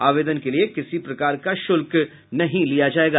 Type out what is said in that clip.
आवेदन के लिए किसी प्रकार का शुल्क नहीं लिया जायेगा